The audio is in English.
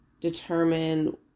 determine